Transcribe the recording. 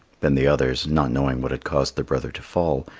then the others, not knowing what had caused their brother to fall,